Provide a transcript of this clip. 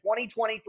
2023